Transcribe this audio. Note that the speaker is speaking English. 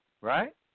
right